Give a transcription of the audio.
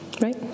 right